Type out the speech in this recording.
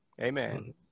Amen